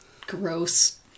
gross